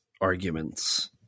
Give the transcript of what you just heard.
arguments